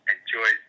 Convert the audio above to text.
Enjoy